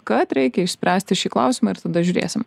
kad reikia išspręsti šį klausimą ir tada žiūrėsim